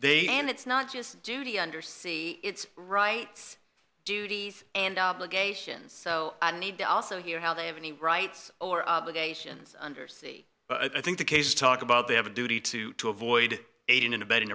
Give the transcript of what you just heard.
they and it's not just duty under sea it's right duties and obligations so i need to also hear how they have any rights or obligations under c i think the case talk about they have a duty to to avoid aiding and abetting